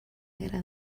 guerra